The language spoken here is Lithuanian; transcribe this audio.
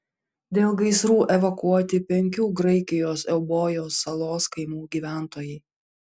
dėl gaisrų evakuoti penkių graikijos eubojos salos kaimų gyventojai